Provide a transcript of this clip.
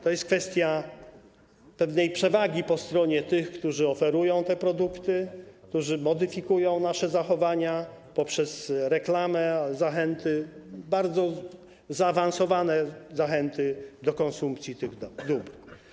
To jest kwestia pewnej przewagi po stronie tych, którzy oferują te produkty, modyfikują nasze zachowania poprzez reklamę, bardzo zaawansowane zachęty do konsumpcji tych dóbr.